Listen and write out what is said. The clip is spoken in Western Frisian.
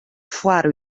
foar